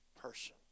person